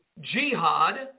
jihad